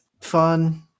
fun